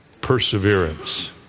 perseverance